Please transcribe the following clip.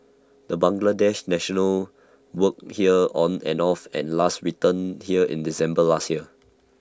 the Bangladesh national worked here on and off and last returned here in December last year